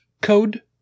code